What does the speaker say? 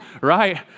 right